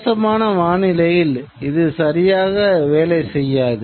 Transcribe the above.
தனித்தனி நிகழ்ச்சி நிரல்கள் நடைப்பெறும்